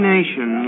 Nation